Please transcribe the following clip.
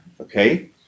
Okay